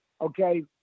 Okay